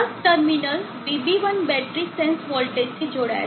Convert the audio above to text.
terminal VB1 battery sense વોલ્ટેજથી જોડાયેલ છે